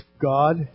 God